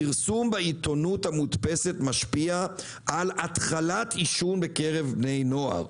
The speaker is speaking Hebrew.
פרסום בעיתונות המודפסת משפיעה על התחלת עישון בקרב בני נוער.